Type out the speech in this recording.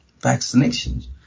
vaccinations